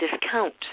discount